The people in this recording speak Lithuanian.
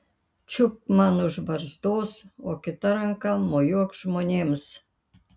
čiupk man už barzdos o kita ranka mojuok žmonėms